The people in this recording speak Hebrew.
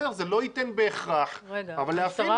בסדר, זה לא ייתן בהכרח, אבל להפעיל מצלמת גוף.